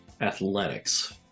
athletics